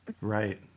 Right